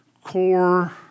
core